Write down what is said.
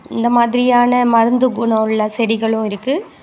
இந்த மாதிரியான மருந்து குணம் உள்ள செடிகளும் இருக்குது